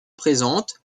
présentent